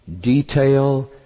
Detail